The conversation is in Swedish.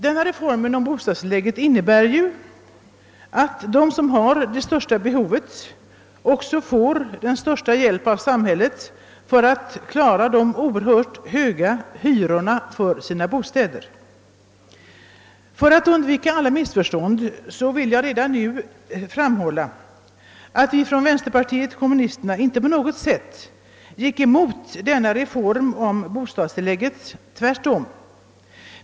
Den reformen innebär att de som har det största behovet också får den största hjälpen av samhället för att klara sina oerhört höga hyror. För att undvika alla missförstånd vill jag redan nu framhålla, att vi från vänsterpartiet kommunisterna inte på något sätt gick emot denna reform — tvärtom.